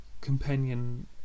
companion